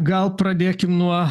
gal pradėkim nuo